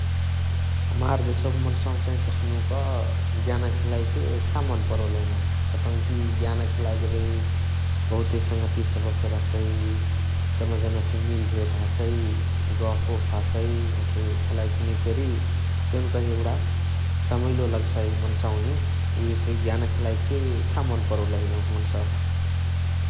हमार देशवका मन्सावा चाही कस्नुक ज्ञाना खेलाएके खा मन परोलही नाही । कतौकी ज्ञाना खेलए जेबही बहुते सङ्हतिय फेरी हसइ । जम्मा जनसे मिलभेट फेरी हसइ, गफ ओफ हसइ । हसे खेलाइ खुनिया फेरी देउनकही एगुणा रमाइलो लगसाइ मन्सावनी । उहेसे ज्ञाना खेलाएके खा मन परोलही एहवक मन्सावह ।